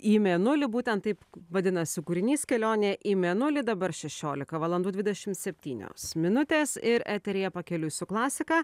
į mėnulį būtent taip vadinasi kūrinys kelionė į mėnulį dabar šešiolika valandų dvidešim septynios minutės ir eteryje pakeliui su klasika